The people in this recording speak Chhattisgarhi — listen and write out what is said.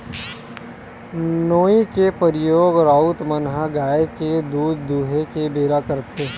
नोई के परियोग राउत मन ह गाय के दूद दूहें के बेरा करथे